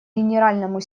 генеральному